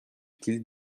qu’il